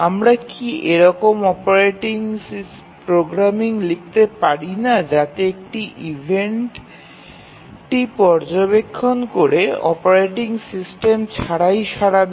আমরা কী এরকম প্রোগ্রামিং লিখতে পারি না যাতে এটি ইভেন্টটি পর্যবেক্ষণ করে এবং অপারেটিং সিস্টেম ছাড়াই সাড়া দেয়